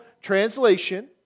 translation